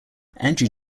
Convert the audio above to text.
andrew